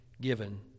given